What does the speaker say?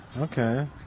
Okay